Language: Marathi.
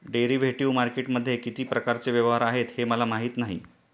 डेरिव्हेटिव्ह मार्केटमध्ये किती प्रकारचे व्यवहार आहेत हे मला माहीत नाही